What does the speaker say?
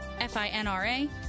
FINRA